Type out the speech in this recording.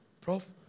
Prof